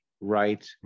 right